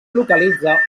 localitza